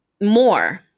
more